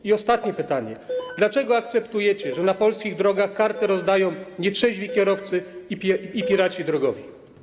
I ostatnie pytanie: Dlaczego akceptujecie to, że na polskich drogach karty rozdają nietrzeźwi kierowcy i piraci drogowi?